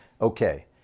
okay